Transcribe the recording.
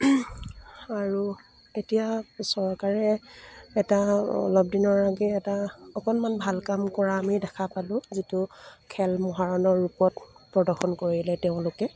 আৰু এতিয়া চৰকাৰে এটা অলপ দিনৰ আগে এটা অকণমান ভাল কাম কৰা আমি দেখা পালোঁ যিটো খেল মহাৰণৰ ৰূপত প্ৰদৰ্শন কৰিলে তেওঁলোকে